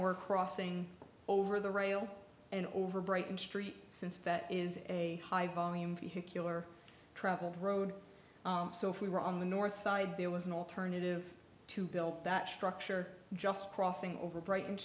were crossing over the rail and over brighton street since that is a high volume vehicular traveled road so if we were on the north side there was an alternative to built that structure just crossing over bright